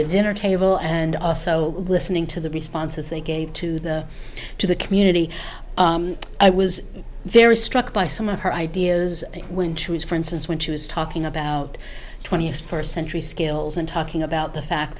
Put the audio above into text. a dinner table and also listening to the responses they gave to the to the community i was very struck by some of her ideas when she was for instance when she was talking about twenty first century skills and talking about the fact